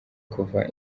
kuva